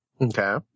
Okay